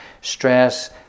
stress